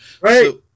Right